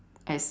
as